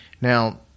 Now